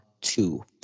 two